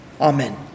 Amen